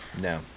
no